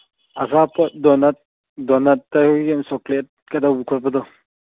ꯑꯆꯥꯄꯣꯠ ꯗꯣꯅꯠꯇꯩ ꯆꯣꯀ꯭ꯂꯦꯠ ꯀꯩꯗꯧꯕ ꯈꯣꯠꯄꯗꯣ